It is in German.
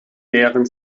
mehren